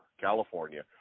California